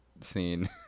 scene